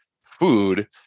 food